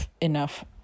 enough